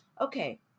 Okay